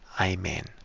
Amen